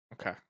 Okay